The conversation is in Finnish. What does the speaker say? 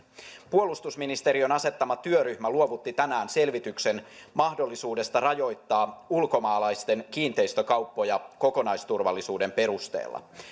puolustusministeriön asettama työryhmä luovutti tänään selvityksen mahdollisuudesta rajoittaa ulkomaalaisten kiinteistökauppoja kokonaisturvallisuuden perusteella